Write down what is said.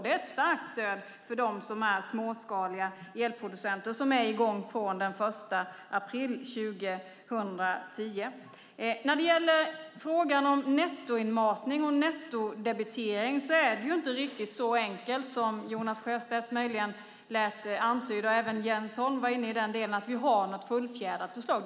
Det är ett stort stöd för dem som är småskaliga elproducenter, och det är i gång från den 1 april 2010. När det gäller nettoinmatning och nettodebitering är det inte så enkelt som Jonas Sjöstedt och Jens Holm lät antyda. Vi har inget fullfjädrat förslag.